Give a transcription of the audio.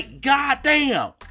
goddamn